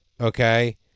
okay